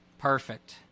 Perfect